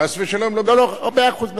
חס ושלום, לא ביקשתי.